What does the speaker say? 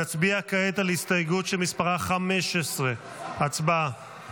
נצביע כעת על ההסתייגות שמספרה 15. הצבעה.